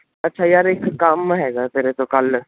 ਅੱਛਾ ਯਾਰ ਇਕ ਕੰਮ ਹੈਗਾ ਤੇਰੇ ਤੋਂ ਕੱਲ